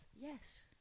Yes